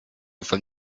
from